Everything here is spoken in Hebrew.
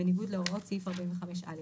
בניגוד להוראות סעיף 45(א).